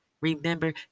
remember